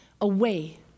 away